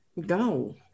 go